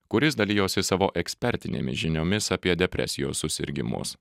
kuris dalijosi savo ekspertinėmis žiniomis apie depresijos susirgimus